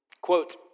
Quote